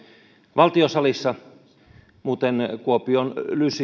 valtiosalissa muuten kuopion